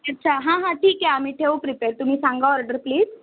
अच्छा हां हां ठीक आहे आम्ही ठेऊ प्रिपेअर तुम्ही सांगा ऑर्डर प्लिज